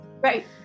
Right